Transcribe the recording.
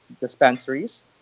dispensaries